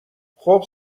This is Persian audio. خوب